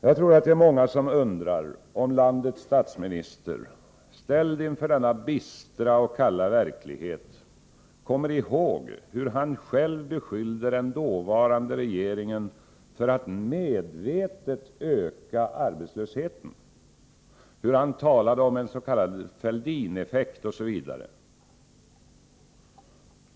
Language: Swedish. Jag tror att det är många som undrar om landets statsminister — ställd inför denna bistra och kalla verklighet — kommer ihåg hur han själv beskyllde den dåvarande regeringen för att medvetet öka arbetslösheten, hur han talade om en s.k. Fälldin-effekt osv.